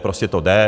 Prostě to jde.